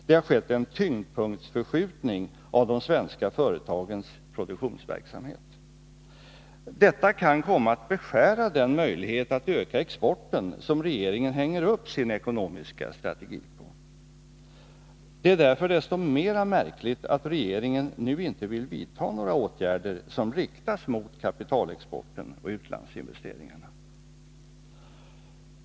Det har skett en tyngdpunktsförskjutning av de svenska företagens produktionsverksamhet. Detta kan komma att beskära den möjlighet att öka exporten som regeringen hänger upp sin ekonomiska strategi på. Det är därför så mycket mera märkligt att regeringen nu inte vill vidta några åtgärder som riktas mot kapitalexporten och utlandsinvesteringarna.